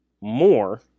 more